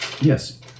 Yes